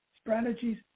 strategies